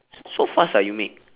so fast ah you make